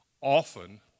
often